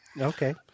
okay